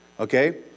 Okay